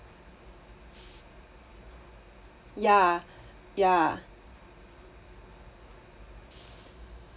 ya ya